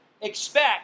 expect